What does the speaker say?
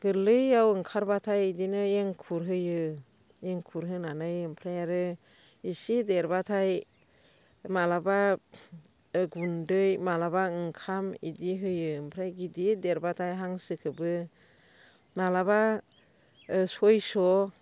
गोरलैयाव ओंखारबाथाय बिदिनो एंखुर होयो एंखुर होनानै ओमफ्राय आरो एसे देरबाथाय माब्लाबा गुन्दै माब्लाबा ओंखाम बिदि होयो ओमफ्राय गिदिर देरबाथाय हांसोखौबो माब्लाबा सयस'